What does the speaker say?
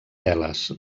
teles